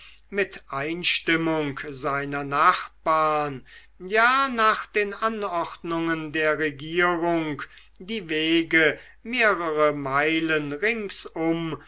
mit einstimmung seiner nachbarn ja nach den anordnungen der regierung die wege mehrere meilen ringsumher